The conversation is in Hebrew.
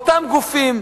אותם גופים,